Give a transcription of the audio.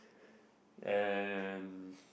and